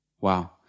wow